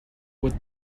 would